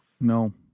No